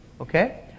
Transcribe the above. Okay